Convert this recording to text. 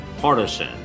partisan